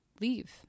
leave